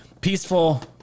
peaceful